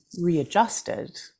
readjusted